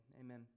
amen